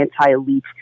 anti-elite